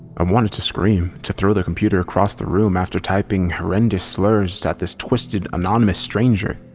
i wanted to scream. to throw the computer across the room after typing horrendous slurs at this twisted anonymous stranger.